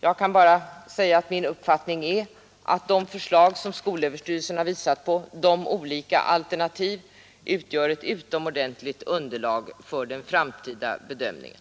Jag kan bara säga som min uppfattning att de alternativa förslag som skolöverstyrelsen har visat på utgör ett utomordentligt underlag för den framtida bedömningen.